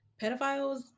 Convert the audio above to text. pedophiles